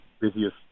busiest